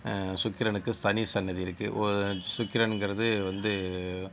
சுக்கிரனுக்கு தனி சன்னதி இருக்குது சுக்கிரன்கிறது வந்து